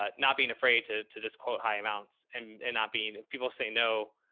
ah not being afraid to, to just quote high amounts and and not being, if people say no,